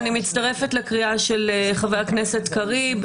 אני מצטרפת לקריאה של חבר הכנסת קריב,